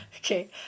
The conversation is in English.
Okay